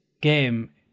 game